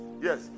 yes